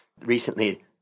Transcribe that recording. recently